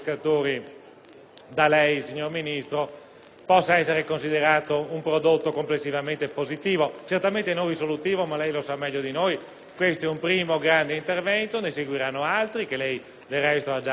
da lei, signor Ministro, può essere considerato complessivamente positivo. Certamente non è risolutivo, ma lei lo sa meglio di noi: questo è un primo grande intervento, al quale ne seguiranno altri che lei, del resto, ha già annunciato.